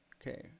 Okay